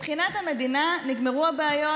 מבחינת המדינה, נגמרו הבעיות.